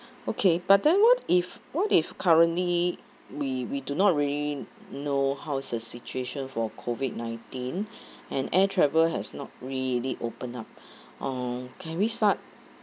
okay but then what if what if currently we we do not really know how's the situation for COVID nineteen and air travel has not really open up uh can we start